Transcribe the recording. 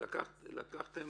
לקחתם